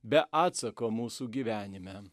be atsako mūsų gyvenime